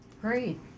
Great